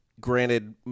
granted